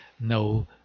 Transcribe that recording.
no